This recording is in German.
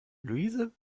luise